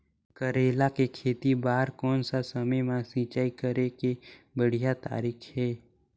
करेला के खेती बार कोन सा समय मां सिंचाई करे के बढ़िया तारीक हे?